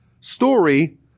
story